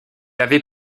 avait